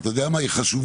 אתה יודע מה, היא חשובה